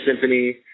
Symphony